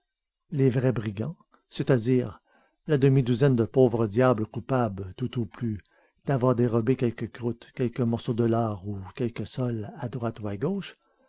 les vrais brigands c'est-à-dire la demi-douzaine de pauvres diables coupables tout au plus d'avoir dérobé quelques croûtes quelques morceaux de lard ou quelques sols à droite ou à gauche